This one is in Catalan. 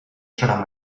serà